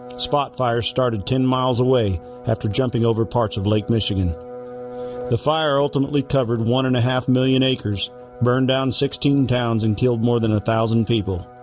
spot fire started ten miles away after jumping over parts of lake, michigan the fire ultimately covered one and a half million acres burned down sixteen towns and killed more than a thousand people